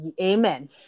Amen